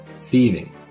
thieving